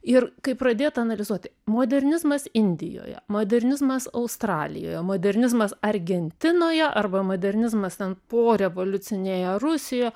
ir kaip pradėta analizuoti modernizmas indijoje modernizmas australijoje modernizmas argentinoje arba modernizmas ten porevoliucinėje rusijoje